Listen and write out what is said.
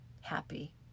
happy